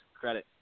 credit